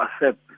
accept